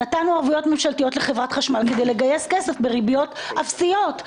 נתנו ערבויות ממשלתיות לחברת חשמל כדי לגייס כסף בריביות אפסיות.